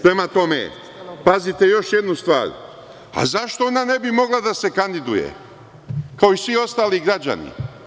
Prema tome, pazite još jednu stvar, a zašto ona ne bi mogla da se kandiduje, kao i svi ostali građani?